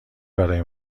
برای